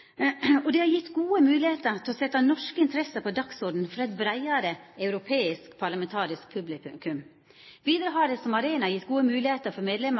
Det har gjeve oss gode moglegheiter til å setje norske interesser på dagsordenen for eit breiare europeisk, parlamentarisk publikum. Vidare har det som arena gjeve gode moglegheiter for